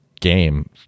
game